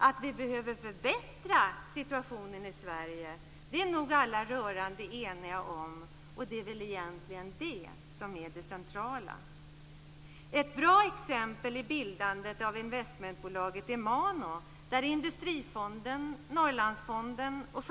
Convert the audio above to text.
Att vi behöver förbättra situationen i Sverige är nog alla rörande eniga om, och det är väl egentligen det som är det centrala. Ett bra exempel är bildandet av investmentbolaget miljoner kronor.